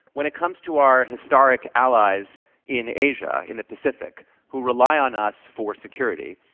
when it comes to our historic allies in asia, in the pacific who rely on us for security,